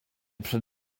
przed